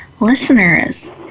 Listeners